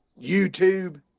YouTube